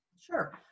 Sure